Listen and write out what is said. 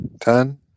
ten